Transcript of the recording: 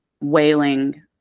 wailing